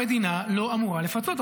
המדינה לא אמורה לפצות.